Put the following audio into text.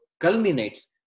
culminates